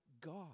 God